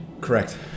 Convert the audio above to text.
Correct